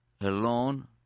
alone